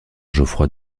geoffroy